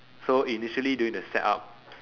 so initially doing the setup